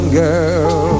girl